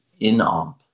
INOMP